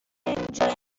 اینجا